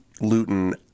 Luton